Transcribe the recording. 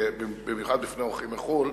במיוחד בפני אורחים מחו"ל,